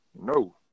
No